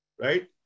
Right